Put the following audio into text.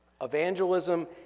evangelism